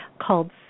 called